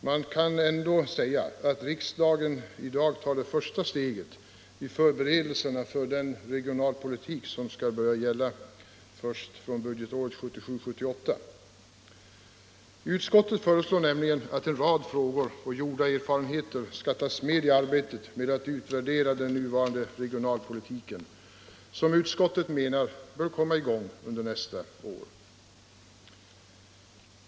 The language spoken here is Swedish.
Man kan ändå säga att riksdagen i dag tar det första steget i förberedelserna för den regionalpolitik som skall börja gälla först från budgetåret 1977/78. Utskottet föreslår nämligen att en rad frågor och gjorda erfarenheter skall tas med i arbetet med att utvärdera den nuvarande regionalpolitiken, som utskottet menar bör komma i gång under nästa år.